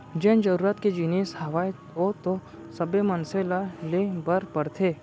जेन जरुरत के जिनिस हावय ओ तो सब्बे मनसे ल ले बर परथे